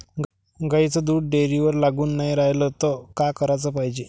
गाईचं दूध डेअरीवर लागून नाई रायलं त का कराच पायजे?